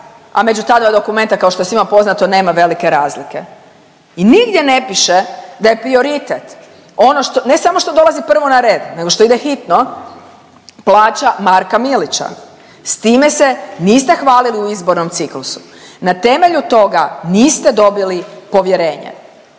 a među ta dva dokumenta kao što je svima poznato nema velike razlike. I nigdje ne piše da je prioritet ono ne samo što dolazi prvo na red, nego što ide hitno plaća Marka Milića. S time se niste hvalili u izbornom ciklusu. Na temelju toga niste dobili povjerenje,